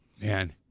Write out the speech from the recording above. Man